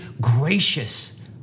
gracious